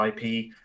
IP